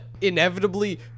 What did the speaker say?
inevitably